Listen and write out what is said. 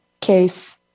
case